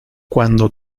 cuando